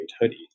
hoodie